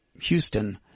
Houston